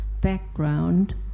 background